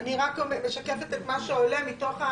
אני רק משקפת את מה שעולה מתוך,